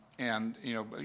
and, you know,